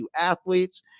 athletes